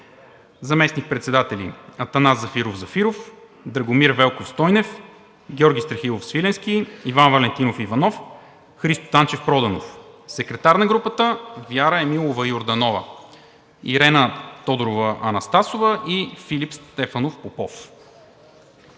заместник-председатели – Атанас Зафиров Зафиров, Драгомир Велков Стойнев, Георги Страхилов Свиленски, Иван Валентинов Иванов, Христо Станчев Проданов; секретари на групата – Вяра Емилова Йорданова, Ирена Тодорова Анастасова и Филип Стефанов Попов.